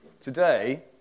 Today